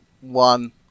one